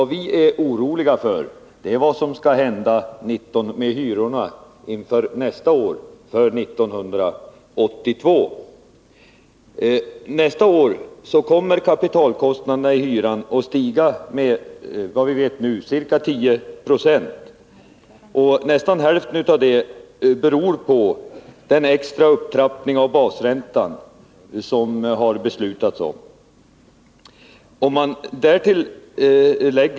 Det vi är oroliga för är vad som skall hända med hyrorna inför nästa år, 1982. Då kommer kapitalkostnaderna i hyran att stiga med, såvitt vi nu vet, ca 10 20. Nästan hälften av det beror på den extra upptrappning av basräntan som det har fattats beslut om.